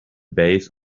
base